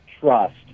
trust